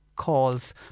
calls